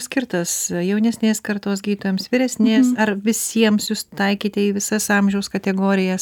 skirtas jaunesnės kartos gydytojams vyresnės ar visiems jūs taikėte į visas amžiaus kategorijas